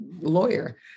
lawyer